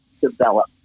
develop